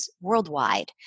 worldwide